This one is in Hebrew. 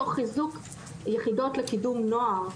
תוך חיזוק יחידות לקידום נוער,